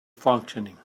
functioning